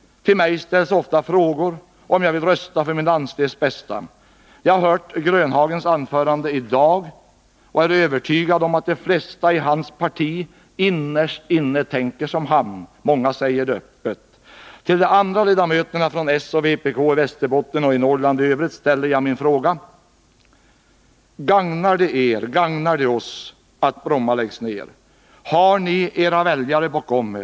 Till mig ställs ofta frågan om jag vill rösta för min landsdels bästa. Jag har lyssnat till Nils-Olof Grönhagens anförande i dag och är övertygad om att de flesta i hans parti innerst inne tänker som han. Många säger det öppet. Låt mig fråga de övriga ledamöterna från socialdemokraterna och vpk i Västerbotten och Norrland om det gagnar landsändan att Bromma flygplats läggs ned. Har ni era väljare bakom er?